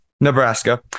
Nebraska